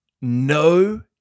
no